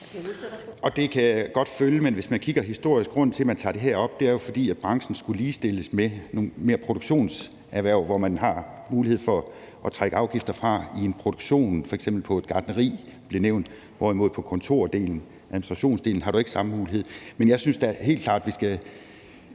jeg godt følge, men hvis man kigger på den historiske grund til, at man tager det her op, er det jo, at branchen skulle ligestilles med nogle produktionserhverv, hvor man har mulighed for at trække afgifter fra i en produktion, f.eks. på et gartneri, som der blev nævnt, hvorimod på kontordelen, administrationsdelen har du ikke samme mulighed. Men jeg synes da helt klart, at vi mellem